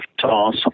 toss